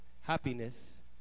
happiness